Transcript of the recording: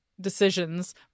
decisions